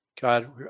God